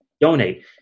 donate